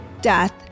death